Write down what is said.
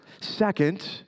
second